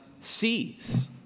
sees